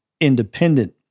independent